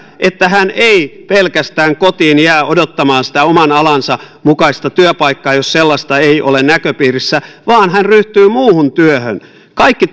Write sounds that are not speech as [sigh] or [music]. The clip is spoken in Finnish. että hän ei pelkästään kotiin jää odottamaan sitä oman alansa mukaista työpaikkaa jos sellaista ei ole näköpiirissä vaan hän ryhtyy muuhun työhön kaikki [unintelligible]